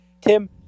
Tim